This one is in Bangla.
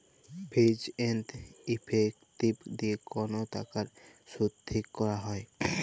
ফিজ এন্ড ইফেক্টিভ দিয়ে কল টাকার শুধ ঠিক ক্যরা হ্যয়